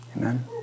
Amen